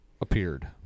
appeared